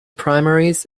primaries